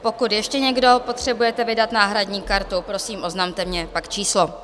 Pokud ještě někdo potřebujete vydat náhradní kartu, prosím, oznamte mi pak číslo.